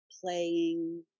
playing